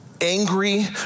angry